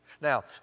Now